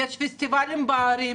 יש פסטיבלים בערים,